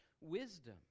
wisdom